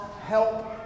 help